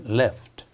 left